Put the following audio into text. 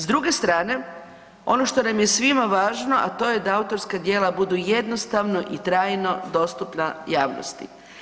S druge strane ono što nam je svima važno, a to je da autorska djela budu jednostavno i trajno dostupna javnosti.